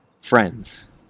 friends